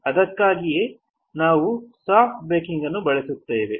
ಅದಕ್ಕಾಗಿಯೇ ನಾವು soft baking ಅನ್ನು ಬಳಸುತ್ತೇವೆ